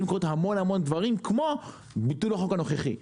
לקרות המון המון דברים כמו ביטול החוק הנוכחי.